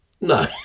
No